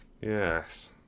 Yes